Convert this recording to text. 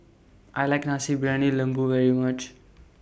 I like Nasi Briyani Lembu very much